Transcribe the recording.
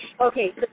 Okay